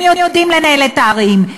הם יודעים לנהל את הערים.